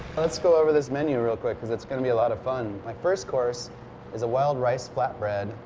let's go over this menu real quick cause it's going to be a lot of fun. the first course is a wild rice flat bread,